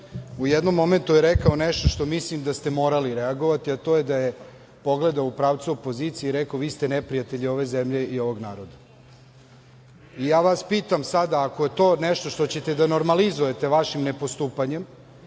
u jednom momentu ste rekli nešto kada ste mogli reagovati , a to je da je pogledao u pravdu opozicije i rekao – vi ste neprijatelji ove zemlje i ovog naroda. Ja vas pitam sada, ako je to nešto što ćete da normalizujete vašim nepostupanjem